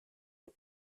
are